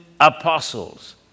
apostles